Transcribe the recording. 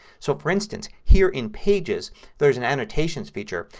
so for instance, here in pages there's an annotations feature.